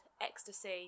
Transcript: ecstasy